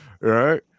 right